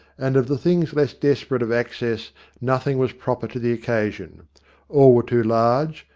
and of the things less desperate of access nothing was proper to the occasion all were too large,